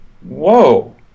whoa